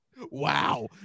Wow